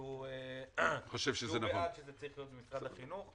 שהוא בעד שזה צריך להיות במשרד החינוך.